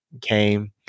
came